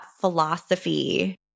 philosophy